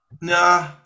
Nah